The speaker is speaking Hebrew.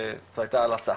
זו הייתה הלצה.